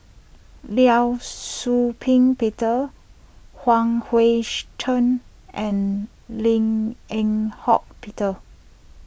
Liao Shau Ping Peter Huang Hui she Tsuan and Lim Eng Hock Peter